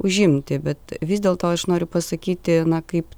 užimti bet vis dėl to aš noriu pasakyti na kaip